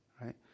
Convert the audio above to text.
right